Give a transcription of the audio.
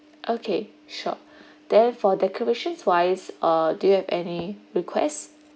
okay sure then for decorations wise uh do you have any requests